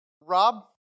Rob